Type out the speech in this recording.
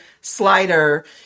slider